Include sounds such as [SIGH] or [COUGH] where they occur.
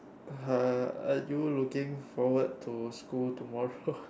uh are you looking forward to school tomorrow [LAUGHS]